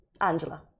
Angela